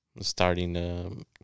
starting